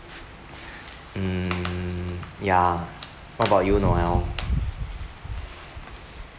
mm ya what about you noel